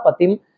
patim